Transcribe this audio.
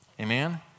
Amen